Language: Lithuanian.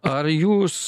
ar jūs